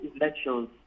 elections